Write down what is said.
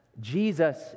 Jesus